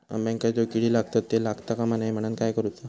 अंब्यांका जो किडे लागतत ते लागता कमा नये म्हनाण काय करूचा?